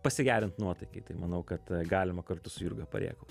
pasigerint nuotaikai tai manau kad galima kartu su jurga parėkaut